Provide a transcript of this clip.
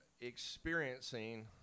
experiencing